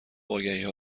آگهیها